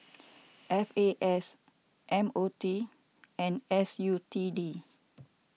F A S M O T and S U T D